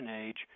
age